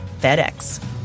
FedEx